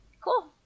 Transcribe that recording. cool